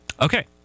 Okay